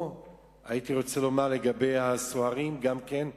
או הייתי רוצה לומר לגבי הסוהרים גם כן.